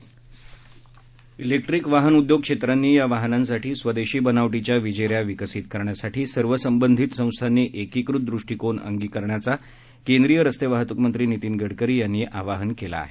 बैक्ट्रिक वाहन उद्योग क्षेत्रांनी या वाहनांसाठी स्वदेशी बनावटीच्या विजेऱ्या विकसीत करण्यासाठी सर्व संबंधीत संस्थांनी एकीकृत दृष्टीकोन अंगिकारण्याचा केंद्रीय रस्ते वाहतूकमंत्री नितीन गडकरी यांनी आवाहन केलं आहे